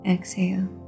Exhale